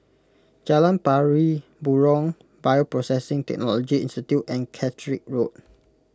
Jalan Pari Burong Bioprocessing Technology Institute and Catterick Road